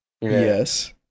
Yes